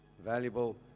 valuable